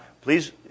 please